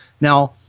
Now